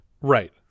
Right